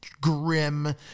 grim